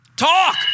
Talk